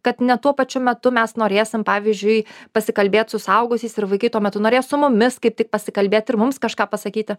kad ne tuo pačiu metu mes norėsim pavyzdžiui pasikalbėt su suaugusiais ir vaikai tuo metu norės su mumis kaip tik pasikalbėti ir mums kažką pasakyti